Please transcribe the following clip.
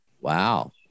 Wow